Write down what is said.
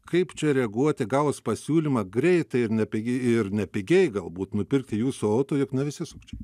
kaip čia reaguoti gavus pasiūlymą greitai ir nepigiai ir nepigiai galbūt nupirkti jūsų auto na visi sukčiai